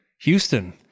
Houston